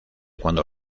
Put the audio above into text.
cuando